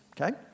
Okay